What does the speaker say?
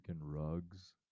rugs